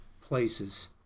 places